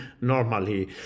normally